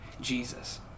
Jesus